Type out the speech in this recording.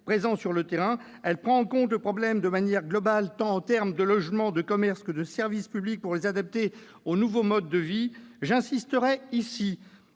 présents sur le terrain. Elle prend en compte le problème de manière globale tant en termes de logements, de commerces, que de services publics pour les adapter aux nouveaux modes de vie. J'insisterai ici